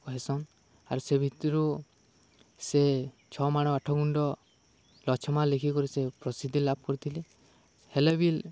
କହେସନ୍ ଆର୍ ସେ ଭିତ୍ରୁ ସେ ଛଅ ମାଣ ଆଠ ଗୁଣ୍ଠ ଲଛମା ଲେଖିକରି ସେ ପ୍ରସିଦ୍ଧି ଲାଭ୍ କରିଥିଲେ ହେଲେ ବିଲ୍